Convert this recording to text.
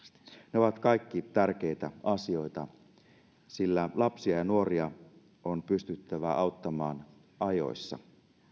ne ovat kaikki tärkeitä asioita sillä lapsia ja nuoria on pystyttävä auttamaan ajoissa